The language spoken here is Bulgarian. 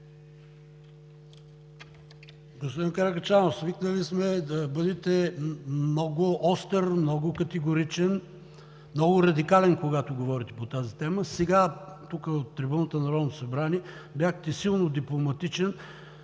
Господин Каракачанов, свикнали сме да бъдете много остър, много категоричен, много радикален, когато говорите по тази тема. Сега от трибуната на Народното събрание бяхте силно дипломатичен.